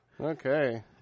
Okay